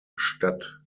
stadt